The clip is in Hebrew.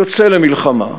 יוצא למלחמה,